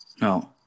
No